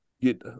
get